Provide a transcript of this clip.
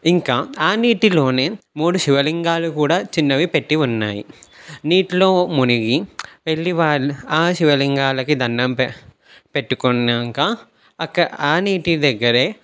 ఇంకా ఆ నీటిలోనే మూడు శివలింగాలు కూడా చిన్నవి పెట్టి ఉన్నాయి నీటిలో మునిగి వెళ్ళి వాళ్ళు ఆ శివలింగాలకి దండంపె పెట్టుకున్నాకా అక్ ఆ నీటి దగ్గరే